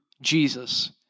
Jesus